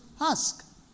ask